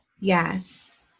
Yes